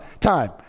Time